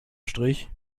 strich